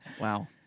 Wow